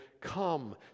Come